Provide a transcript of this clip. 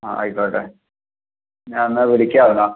ആ ആയിക്കോട്ടെ ഞാൻ എന്നാൽ വിളിക്കാം എന്നാൽ